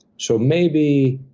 so maybe